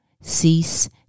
cease